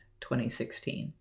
2016